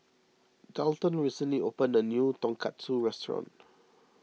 Daulton recently opened a new Tonkatsu restaurant